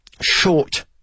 short